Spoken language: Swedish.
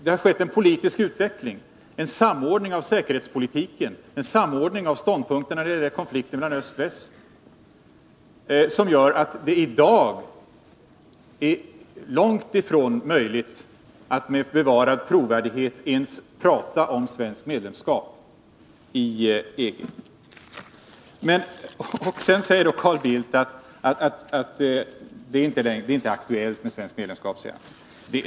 Det har skett en politisk utveckling och en samordning av säkerhetspolitiken och av ståndpunkterna när det gäller konflikter mellan öst och väst, som gör att det i dag är långt ifrån möjligt att med bevarad trovärdighet ens prata om svenskt medlemskap i EG. Sedan säger Carl Bildt att det inte längre är aktuellt med svenskt medlemskap.